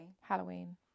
Halloween